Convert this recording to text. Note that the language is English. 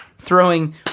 throwing